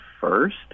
first